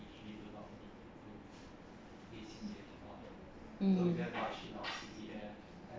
mm